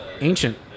ancient